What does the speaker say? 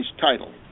title